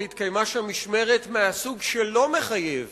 והתקיימה שם משמרת מהסוג שלא מחייב